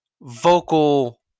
vocal